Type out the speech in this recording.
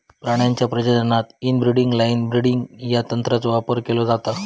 प्राण्यांच्या प्रजननात inbreeding line breeding या तंत्राचो वापर केलो जाता